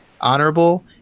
honorable